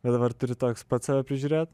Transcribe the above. bet dabar turi toks pats save prižiūrėt